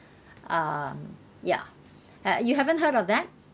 um yeah uh you haven't heard of that